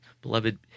beloved